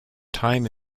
time